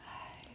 !hais!